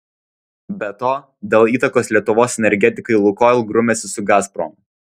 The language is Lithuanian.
be to dėl įtakos lietuvos energetikai lukoil grumiasi su gazprom